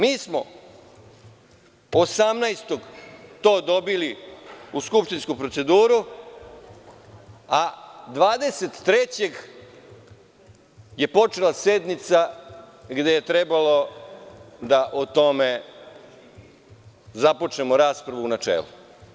Mi smo osamnaestog to dobili u skupštinsku proceduru, a dvadeset trećegje počela sednica gde je trebalo da o tome započnemo raspravu u načelu.